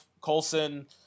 colson